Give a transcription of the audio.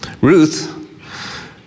Ruth